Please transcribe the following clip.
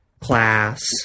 class